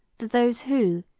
that those who,